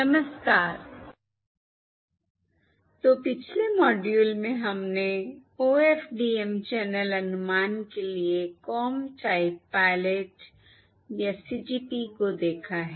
नमस्कार तो पिछले मॉड्यूल में हमने OFDM चैनल अनुमान के लिए कॉम टाइप पायलट या CTP को देखा है